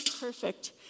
perfect